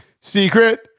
Secret